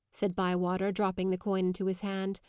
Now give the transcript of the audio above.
said bywater, dropping the coin into his hand.